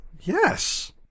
Yes